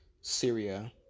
Syria